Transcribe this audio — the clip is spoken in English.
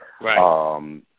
right